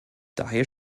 daher